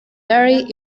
berry